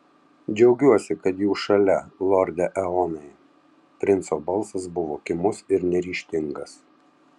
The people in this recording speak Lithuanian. džiaugiuosi kad jūs šalia lorde eonai princo balsas buvo kimus ir neryžtingas